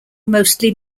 mostly